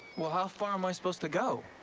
well, how far am i supposed to go?